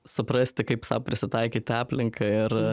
suprasti kaip sau prisitaikyti aplinką ir